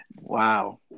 Wow